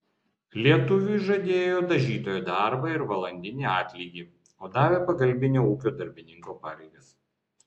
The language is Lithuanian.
lietuviui žadėjo dažytojo darbą ir valandinį atlygį o davė pagalbinio ūkio darbininko pareigas